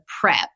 prep